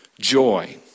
joy